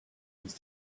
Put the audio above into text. use